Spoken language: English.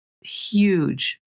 huge